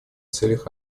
целях